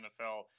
NFL